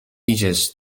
idziesz